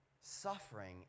suffering